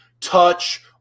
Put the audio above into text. touch